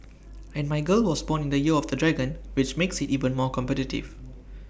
and my girl was born in the year of the dragon which makes IT even more competitive